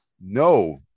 No